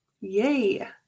Yay